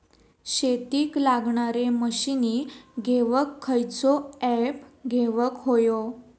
शेतीक लागणारे मशीनी घेवक खयचो ऍप घेवक होयो?